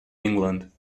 england